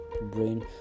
brain